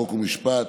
חוק ומשפט,